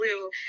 blue